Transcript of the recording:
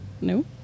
No